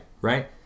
Right